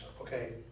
okay